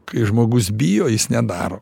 kai žmogus bijo jis nedaro